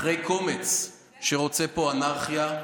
אחרי קומץ שרוצה פה אנרכיה,